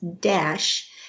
dash